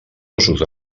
ossos